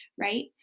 right